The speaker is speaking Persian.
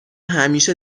همیشه